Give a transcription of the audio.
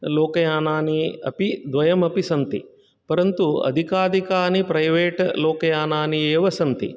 लोकयानानि अपि द्वयमपि सन्ति परन्तु अधिकाधिकानि प्रैवेट् लोकयानानि एव सन्ति